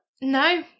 No